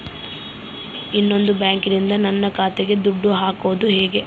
ಇನ್ನೊಂದು ಬ್ಯಾಂಕಿನಿಂದ ನನ್ನ ಖಾತೆಗೆ ದುಡ್ಡು ಹಾಕೋದು ಹೇಗೆ?